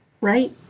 Right